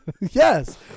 Yes